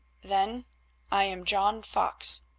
then i am john fox.